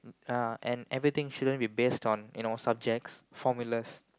uh and everything shouldn't be based on you know subjects formulas